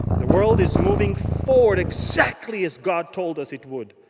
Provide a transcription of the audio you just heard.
the world is moving forward, exactly, as god told us it would.